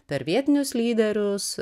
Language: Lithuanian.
per vietinius lyderius